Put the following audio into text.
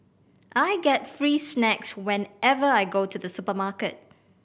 I get free snacks whenever I go to the supermarket